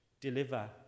deliver